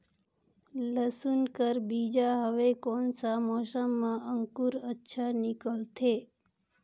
लसुन कर बीजा हवे कोन सा मौसम मां अंकुर अच्छा निकलथे?